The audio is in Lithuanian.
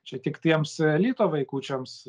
čia tik tiems elito vaikučiams